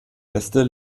nester